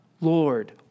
Lord